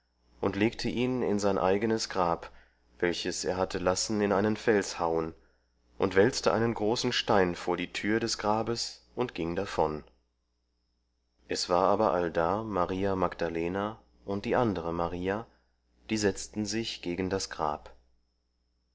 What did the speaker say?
und legte ihn in sein eigenes grab welches er hatte lassen in einen fels hauen und wälzte einen großen stein vor die tür des grabes und ging davon es war aber allda maria magdalena und die andere maria die setzten sich gegen das grab